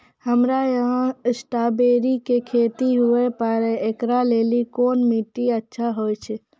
हमरा यहाँ स्ट्राबेरी के खेती हुए पारे, इकरा लेली कोन माटी अच्छा होय छै?